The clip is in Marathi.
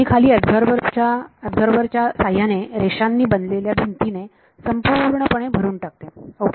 मी खोली शोषका च्या साह्याने रेषांनी बनलेल्या भिंतीने संपूर्णपणे भरून टाकते ओके